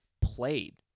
played